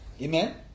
Amen